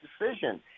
decision